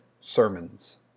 sermons